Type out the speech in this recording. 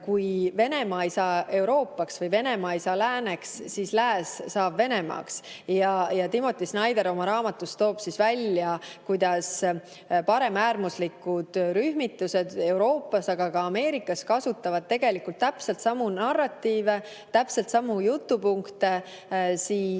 kui Venemaa ei saa Euroopaks või Venemaa ei saa lääneks, siis lääs saab Venemaaks. Timothy Snyder oma raamatus toob välja, kuidas paremäärmuslikud rühmitused Euroopas, aga ka Ameerikas, kasutavad tegelikult täpselt samu narratiive, täpselt samu jutupunkte